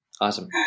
Awesome